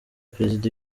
perezida